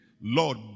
Lord